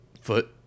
foot